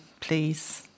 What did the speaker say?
please